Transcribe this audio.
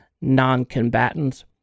non-combatants